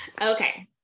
okay